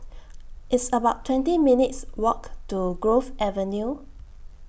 It's about twenty minutes' Walk to Grove Avenue